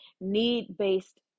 need-based